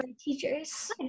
teachers